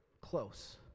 close